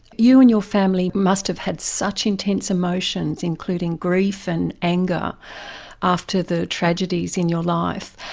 you and your family must have had such intense emotions, including grief and anger after the tragedies in your life.